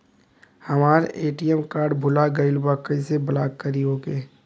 हमार ATM card भूला गईल बा कईसे ब्लॉक करी ओके?